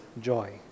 joy